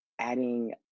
adding